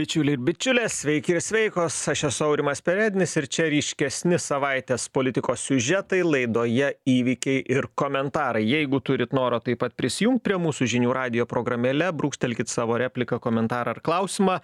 bičiuliai ir bičiulės sveiki ir sveikos aš esu aurimas perednis ir čia ryškesni savaitės politikos siužetai laidoje įvykiai ir komentarai jeigu turit noro taip pat prisijungt prie mūsų žinių radijo programėle brūkštelkit savo repliką komentarą ar klausimą